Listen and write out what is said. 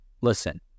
listen